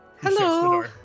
Hello